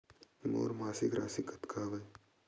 मोर मासिक राशि कतका हवय?